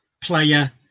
player